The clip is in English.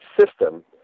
system